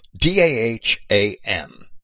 D-A-H-A-M